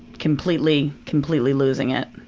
completely, completely losing it,